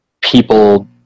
people